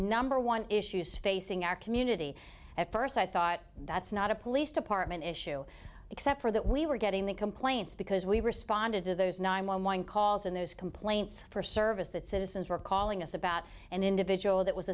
number one issues facing our community at first i thought that's not a police department issue except for that we were getting the complaints because we responded to those nine one one calls and those complaints for service that citizens were calling us about an individual that was